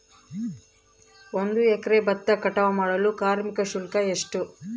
ಒಂದು ಎಕರೆ ಭತ್ತ ಕಟಾವ್ ಮಾಡಲು ಕಾರ್ಮಿಕ ಶುಲ್ಕ ಎಷ್ಟು?